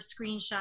screenshot